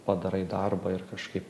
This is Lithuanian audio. padarai darbą ir kažkaip